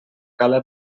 cala